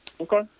Okay